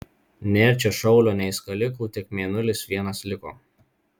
nėr čia šaulio nei skalikų tik mėnulis vienas liko